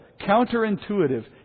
counterintuitive